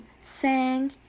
sang